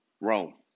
Rome